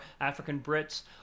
African-Brits